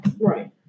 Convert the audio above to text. right